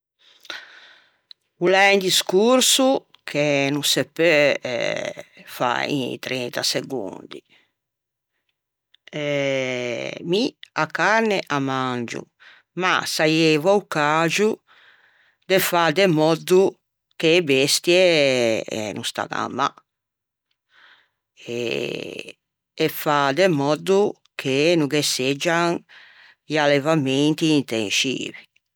o l'é un discorso ch'o no se peu fâ in trenta segondi. Mi a carne a mangio ma saieiva o caxo de fâ de mòddo che e bestie no staggan mâ e e fâ de mòddo che no ghe seggian i allevamenti intenscivi